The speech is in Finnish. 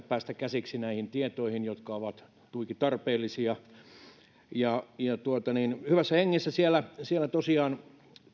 päästä käsiksi näihin tietoihin jotka ovat tuiki tarpeellisia hyvässä hengessä siellä siellä tosiaan